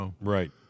Right